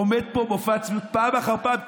עומדים פה במופע צביעות, פעם אחר פעם.